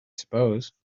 suppose